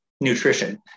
nutrition